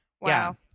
Wow